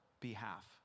behalf